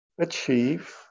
Achieve